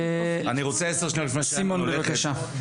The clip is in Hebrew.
בבקשה.